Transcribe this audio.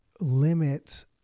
limit